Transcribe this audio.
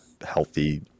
healthy